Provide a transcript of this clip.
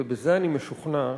ובזה אני משוכנע,